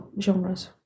genres